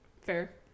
Fair